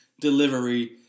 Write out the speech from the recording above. delivery